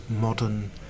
modern